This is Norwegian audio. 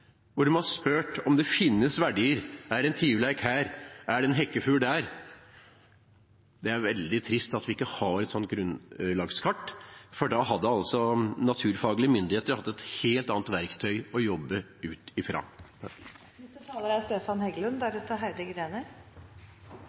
hvor man har spurt om det finnes verdier – er det en tiurleik her, er det en hekkefugl der. Det er veldig trist at vi ikke har et sånt grunnlagskart, for da hadde naturfaglige myndigheter hatt et helt annet verktøy å jobbe ut ifra.